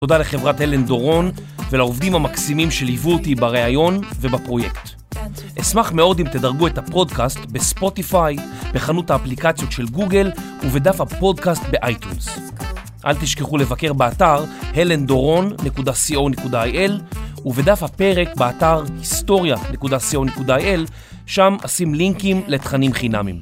תודה לחברת הלן דורון ולעובדים המקסימים שליוו אותי בריאיון ובפרויקט. אשמח מאוד אם תדרגו את הפרודקאסט בספוטיפיי, בחנות האפליקציות של גוגל ובדף הפודקאסט באייטונס. אל תשכחו לבקר באתר helendoron.co.il ובדף הפרק באתר historia.co.il, שם אשים לינקים לתכנים חינמים.